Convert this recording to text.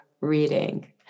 reading